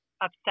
upset